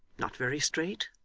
not very straight,